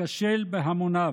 ייכשל בהמוניו.